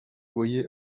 voyez